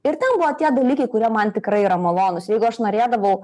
ir ten buvo tie dalykai kurie man tikrai yra malonūs jeigu aš norėdavau